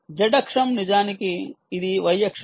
Z అక్షం నిజానికి ఇది y అక్షం